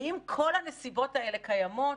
ואם כל הנסיבות האלה קיימות